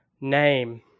Name